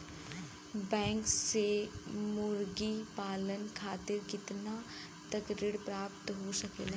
Bank से मुर्गी पालन खातिर कितना तक ऋण प्राप्त हो सकेला?